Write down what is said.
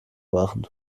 machen